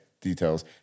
details